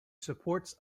supports